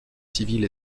civile